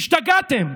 השתגעתם.